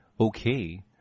okay